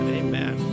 amen